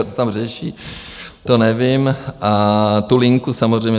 Co tam řeší, to nevím tu linku, samozřejmě.